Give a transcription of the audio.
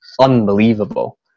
unbelievable